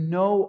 no